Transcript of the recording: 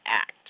Act